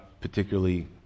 particularly